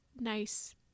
nice